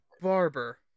barber